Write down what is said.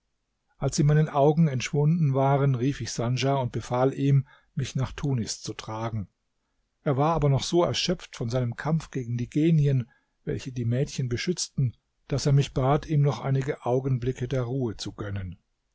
als sie meinen augen entschwunden waren rief ich sandja und befahl ihm mich nach tunis zu tragen er war aber noch so erschöpft von seinem kampf gegen die genien welche die mädchen beschützten daß er mich bat ihm noch einige augenblicke der ruhe zu gönnen